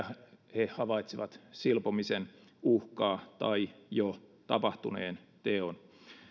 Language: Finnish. he havaitsevat silpomisen uhkaa tai jo tapahtuneen teon